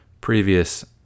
previous